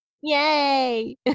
Yay